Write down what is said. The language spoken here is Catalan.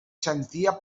sentia